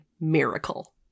miracle